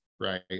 right